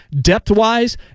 Depth-wise